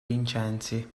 vincenzi